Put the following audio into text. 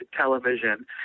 television